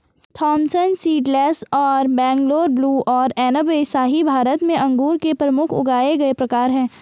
Thompson seedless और Bangalore blue और अनब ए शाही भारत में अंगूर के प्रमुख उगाए गए प्रकार हैं